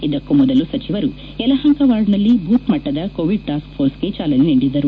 ಇದಕ್ಕೂ ಮೊದಲು ಸಚಿವರು ಯಲಹಂಕ ವಾರ್ಡ್ನಲ್ಲಿ ಬೂತ್ ಮಟ್ಟದ ಕೋವಿಡ್ ಟಾಸ್ಕ್ ಫೋರ್ಸ್ಗೆ ಚಾಲನೆ ನೀಡಿದರು